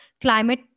climate